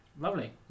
Lovely